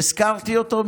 הזכרתי אותו,